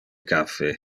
caffe